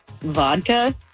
Vodka